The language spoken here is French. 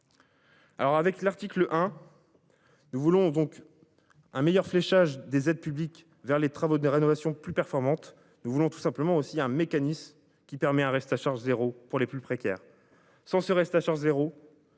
Alors avec l'article hein. Nous voulons donc. Un meilleur fléchage des aides publiques vers les travaux de rénovation plus performante. Nous voulons tout simplement aussi un mécanisme qui permet un reste à charge zéro pour les plus précaires. Sans ce reste à charge zéro.